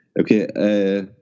Okay